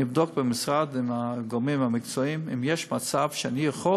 אני אבדוק במשרד עם הגורמים המקצועיים אם יש מצב שאני יכול